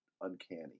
uncanny